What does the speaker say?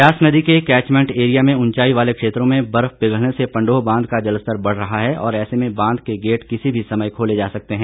ब्यास नदी के catchment area में उंचाई वाले क्षेत्रों में बर्फ पिघलने से पंडोह बांध का जलस्तर बढ़ रहा है और ऐसे में बांध के गेट किसी भी समय खोले जा सकते हैं